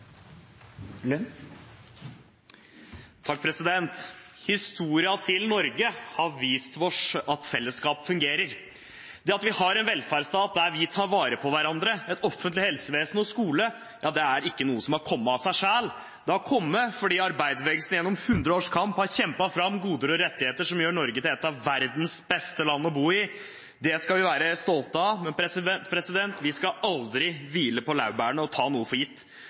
til Norge har vist oss at fellesskap fungerer. Det at vi har en velferdsstat der vi tar vare på hverandre, et offentlig helsevesen og offentlig skole, er ikke noe som har kommet av seg selv, det har kommet fordi arbeiderbevegelsen gjennom hundre års kamp har kjempet fram goder og rettigheter som gjør Norge til et av verdens beste land å bo i. Det skal vi være stolte av. Men vi skal aldri hvile på laurbærene og ta noe for gitt.